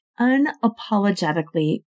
unapologetically